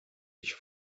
ich